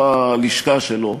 בשם השר לביטחון הפנים.